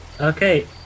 Okay